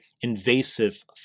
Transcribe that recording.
Invasive